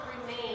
remain